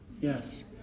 Yes